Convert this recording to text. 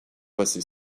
passer